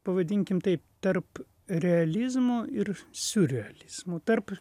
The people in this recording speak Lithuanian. pavadinkim taip tarp realizmo ir siurrealizmo tarp